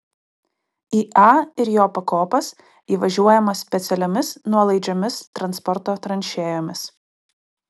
į a ir jo pakopas įvažiuojama specialiomis nuolaidžiomis transporto tranšėjomis